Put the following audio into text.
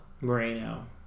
Moreno